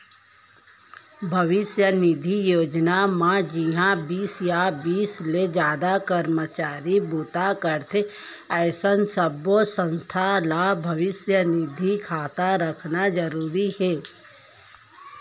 भविस्य निधि योजना म जिंहा बीस या बीस ले जादा करमचारी बूता करथे अइसन सब्बो संस्था ल भविस्य निधि खाता रखना जरूरी हे